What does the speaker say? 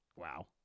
Wow